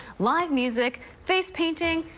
live music, face painting,